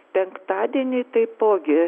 penktadienį taipogi